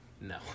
No